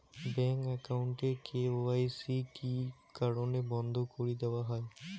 Bank account এর KYC কি কি কারণে বন্ধ করি দেওয়া হয়?